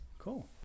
cool